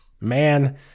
man